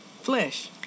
flesh